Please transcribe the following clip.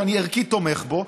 שאני ערכית תומך בו,